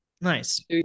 Nice